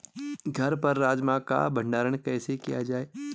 घर पर राजमा का भण्डारण कैसे किया जाय?